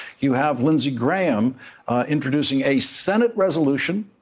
you have lindsey graham introducing a senate resolution,